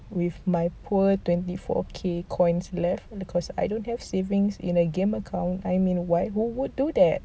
with my poor twenty four K coins left because I don't have savings in a game account I mean why who would do that